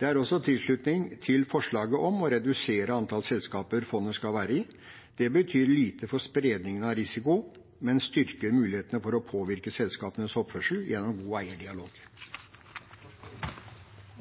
Det er også tilslutning til forslaget om å redusere antall selskaper fondet skal være i. Det betyr lite for spredningen av risiko, men styrker mulighetene for å påvirke selskapenes oppførsel gjennom god eierdialog.